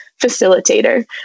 facilitator